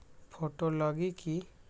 Photo लगी कि?